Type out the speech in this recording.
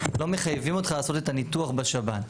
לא מחייבים אותך לעשות את הניתוח בשב"ן.